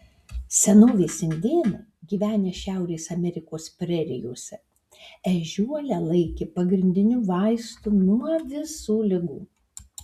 senovės indėnai gyvenę šiaurės amerikos prerijose ežiuolę laikė pagrindiniu vaistu nuo visų ligų